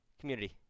Community